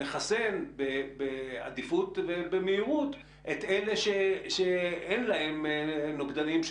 לחסן בעדיפות ובמהירות את אלה שאין להם נוגדנים,